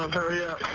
up. hurry up.